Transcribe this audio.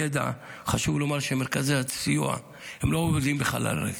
חשוב לומר שמרכזי הסיוע לא עובדים בחלל ריק,